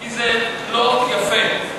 כי זה לא יפה.